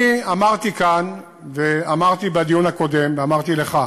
אני אמרתי כאן, ואמרתי בדיון הקודם, ואמרתי לך,